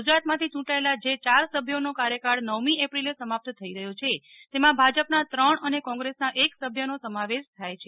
ગુજરાતમાથી યૂંટાયેલા જે યાર સભ્યોનો કાર્યકાળ નવમી એપ્રિલે સમાપ્ત થઈ રહ્યો છે તેમાં ભાજપના ત્રણ અને કોંગ્રેસના એક સભ્યનો સમાવેશ થાય છે